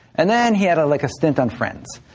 and then he had a like stint on friends,